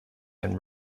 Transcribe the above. and